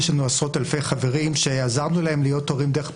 יש לנו עשרות-אלפי חברים שעזרנו להם להיות הורים דרך פונדקאות.